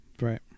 Right